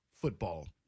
football